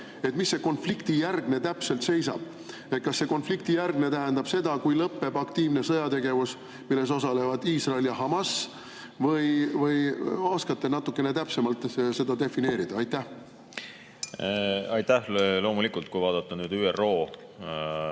Milles see konfliktijärgne täpselt seisab? Kas see konfliktijärgne tähendab seda, kui lõpeb aktiivne sõjategevus, milles osalevad Iisrael ja Hamas? Kas oskate natuke täpsemalt defineerida? Loomulikult. Kui vaadata nüüd ÜRO